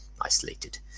isolated